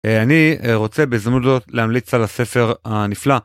א אני רוצה בהזדמות זאת להמליץ על הספר הנפלא.